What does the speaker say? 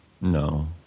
No